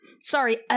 Sorry